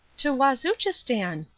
to wazuchistan!